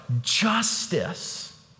justice